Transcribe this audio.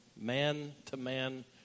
man-to-man